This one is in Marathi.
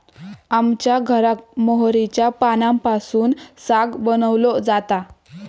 आमच्या घराक मोहरीच्या पानांपासून साग बनवलो जाता